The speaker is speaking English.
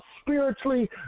spiritually